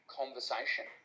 conversation